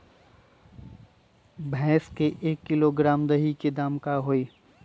भैस के एक किलोग्राम दही के दाम का होई?